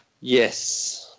Yes